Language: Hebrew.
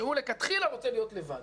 שהוא מלכתחילה רוצה להיות לבד.